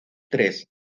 tres